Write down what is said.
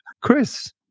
Chris